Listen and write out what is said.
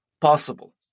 possible